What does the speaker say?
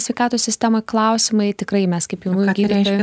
sveikatos sistemoj klausimai tikrai mes kaip jaunųjų gydytojų